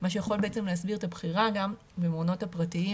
מה שיכול בעצם להסביר את הבחירה במעונות הפרטיים